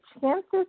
chances